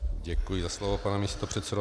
Děkuji za slovo, pane místopředsedo.